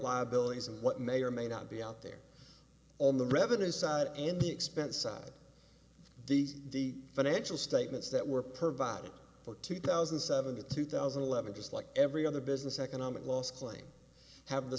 liabilities and what may or may not be out there on the revenue side in the expense side d d financial statements that were provided for two thousand and seven to two thousand and eleven just like every other business economic loss claim have the